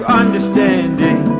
understanding